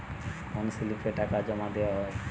কোন স্লিপে টাকা জমাদেওয়া হয়?